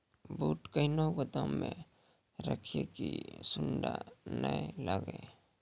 बूट कहना गोदाम मे रखिए की सुंडा नए लागे?